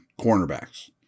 cornerbacks